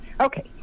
Okay